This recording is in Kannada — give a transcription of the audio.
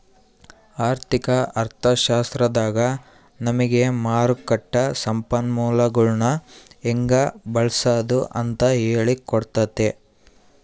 ಆರ್ಥಿಕ ಅರ್ಥಶಾಸ್ತ್ರದಾಗ ನಮಿಗೆ ಮಾರುಕಟ್ಟ ಸಂಪನ್ಮೂಲಗುಳ್ನ ಹೆಂಗೆ ಬಳ್ಸಾದು ಅಂತ ಹೇಳಿ ಕೊಟ್ತತೆ